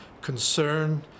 concern